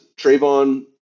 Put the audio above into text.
Trayvon